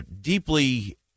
deeply